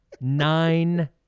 Nine